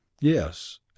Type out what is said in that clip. yes